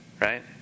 Right